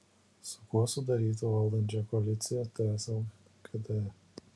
su kuo sudarytų valdančią koaliciją ts lkd